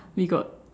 we got